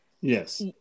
yes